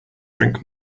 drink